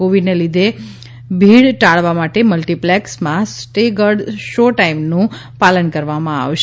કોવિડને લીધે ભીડ ટાળવા માટે મલ્ટિપ્લેક્સમાં સ્ટેગર્ડ શો ટાઇમનું પાલન કરવામાં આવશે